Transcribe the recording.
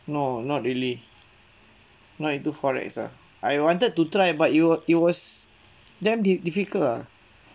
no not really not into forex ah I wanted to try but it was it was damn diff~ difficult